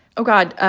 oh, god.